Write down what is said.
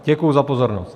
Děkuji za pozornost.